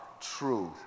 truth